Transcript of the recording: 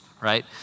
right